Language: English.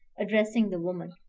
addressing the woman,